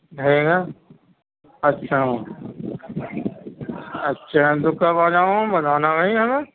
ڈھاٮٔی لاکھ اچھا اچھا تو كب آ جاؤں میں بتانا بھائی ذرا